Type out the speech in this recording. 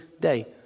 day